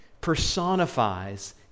personifies